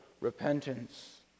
repentance